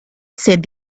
said